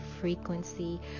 frequency